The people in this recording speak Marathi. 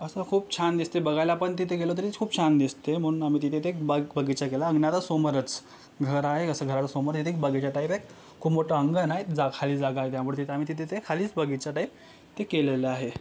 असं खूप छान दिसते बघायला पण तिथे गेलो तरी खूप छान दिसते म्हणून आम्ही तिथे ते एक बागबगीचा केला अंगणाच्या समोरच घर आहे असं घराला समोर तिथे बगीचा टाईप एक खूप मोठं अंगण आहे जाग खाली जागा आहे त्यामुळे तिथं आम्ही तिथं ते खालीच बगीचा टाईप ते केलेलं आहे